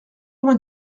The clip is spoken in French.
vingt